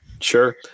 Sure